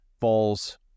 falls